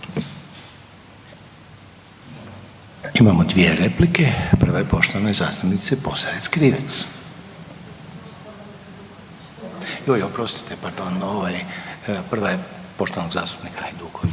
Imamo dvije replike, prva je poštovane zastupnice Posavec Krivec. Joj oprostite pardon, prva je poštovanog zastupnika Hajdukovića.